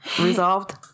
resolved